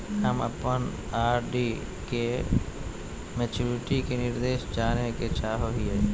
हम अप्पन आर.डी के मैचुरीटी के निर्देश जाने के चाहो हिअइ